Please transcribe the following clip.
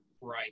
right